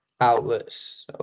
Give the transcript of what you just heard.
outlets